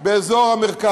באזור המרכז.